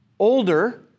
older